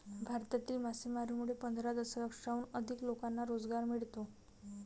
भारतातील मासेमारीमुळे पंधरा दशलक्षाहून अधिक लोकांना रोजगार मिळतो